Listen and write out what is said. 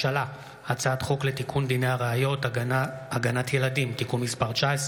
הצעת חוק לתיקון דיני הראיות (הגנת ילדים) (תיקון מס' 19,